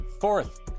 Fourth